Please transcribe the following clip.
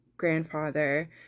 grandfather